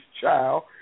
child